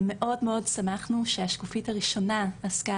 מאוד מאוד שמחנו שהשקופית הראשונה עסקה